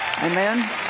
Amen